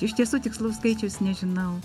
iš tiesų tikslaus skaičiaus nežinau